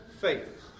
faith